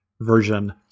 version